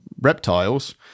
reptiles